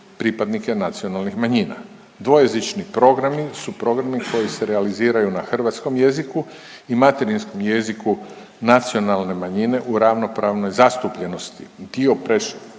pripadnike nacionalnih manjina. Dvojezični programi su programi koji se realiziraju na hrvatskom jeziku i materinskom jeziku nacionalne manjine u ravnopravnoj zastupljenosti u dio programa